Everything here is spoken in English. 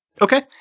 Okay